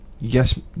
Yes